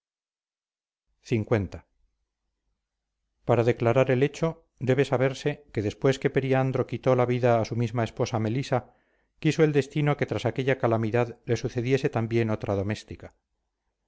l para declarar el hecho debe saberse que después que periandro quitó la vida a su misma esposa melisa quiso el destino que tras aquella calamidad le sucediese también otra doméstica